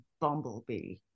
bumblebee